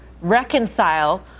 reconcile